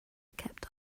kept